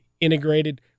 integrated